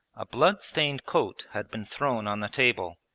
a blood-stained coat had been thrown on the table,